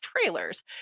trailers